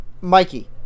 Mikey